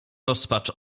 rozpacz